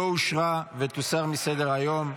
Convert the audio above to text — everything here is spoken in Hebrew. לא אושרה ותוסר מסדר-היום.